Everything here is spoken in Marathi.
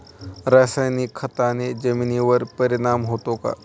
रासायनिक खताने जमिनीवर परिणाम होतो का?